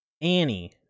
Annie